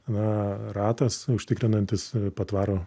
na ratas užtikrinantis patvarų